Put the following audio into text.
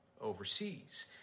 overseas